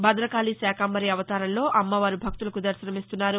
భద్రకాళీ శాకంబరీ అవతారంలో అమ్మవారు భక్తులకు దర్శనమిస్తున్నారు